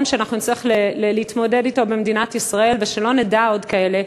שנצטרך להתמודד אתו במדינת ישראל ושלא נדע עוד כאלה,